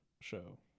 show